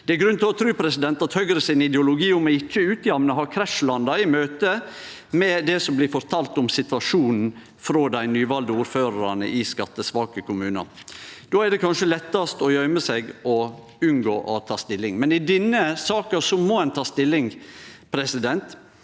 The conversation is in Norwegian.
Det er grunn til å tru at Høgres ideologi om ikkje å jamne ut har krasjlanda i møte med det som blir fortalt om situasjonen frå dei nyvalde ordførarane i skattesvake kommunar. Då er det kanskje lettast å gøyme seg og unngå å ta stilling. I denne saka må ein ta stilling. Ein